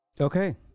Okay